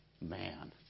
Man